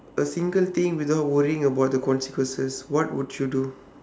a single thing without worrying about the consequences what would you do